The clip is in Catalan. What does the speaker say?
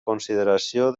consideració